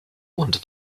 und